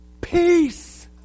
peace